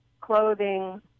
clothing